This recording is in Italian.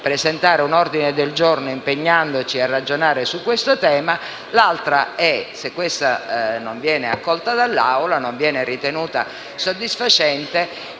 presentare un ordine del giorno impegnandoci a ragionare su questo tema. Nel caso questa forma non venga accolta dall'Aula, in quanto non ritenuta soddisfacente,